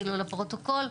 לפרוטוקול,